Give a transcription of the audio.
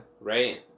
Right